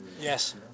Yes